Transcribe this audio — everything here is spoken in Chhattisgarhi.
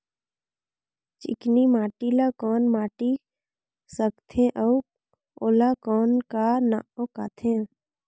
चिकनी माटी ला कौन माटी सकथे अउ ओला कौन का नाव काथे?